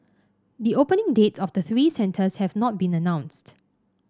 the opening dates of the three centres have not been announced